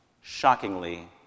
Shockingly